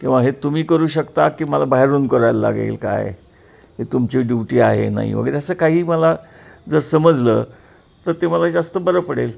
किंवा हे तुम्ही करू शकता की मला बाहेरून करायला लागेल काय हे तुमची ड्युटी आहे नाही वगैरे असं काही मला जर समजलं तर ते मला जास्त बरं पडेल